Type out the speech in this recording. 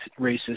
racist